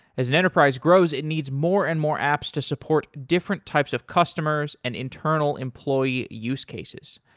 as an enterprise grows, it needs more and more apps to support different types of customers and internal employee use cases.